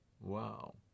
Wow